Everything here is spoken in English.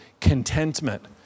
Contentment